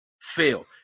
fail